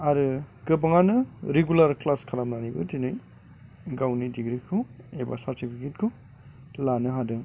आरो गोबाङानो regular class खालामनानैबो दिनै गावनि डिग्रिखौ एबा सार्टिफिकेटखौ लानो हादों